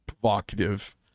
provocative